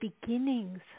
beginnings